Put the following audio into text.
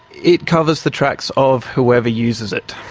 it covers the tracks of whoever uses it.